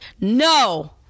No